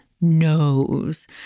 knows